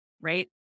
right